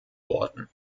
worden